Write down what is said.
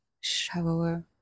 shower